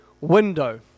window